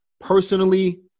Personally